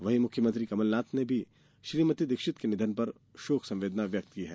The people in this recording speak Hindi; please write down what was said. वहीं मुख्यमंत्री कमलनाथ ने भी श्रीमती दीक्षित के निधन पर शोक संवेदना व्यक्त की है